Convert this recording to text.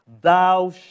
thou